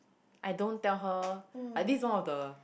I don't tell her like this is one of the